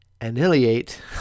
annihilate